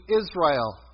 Israel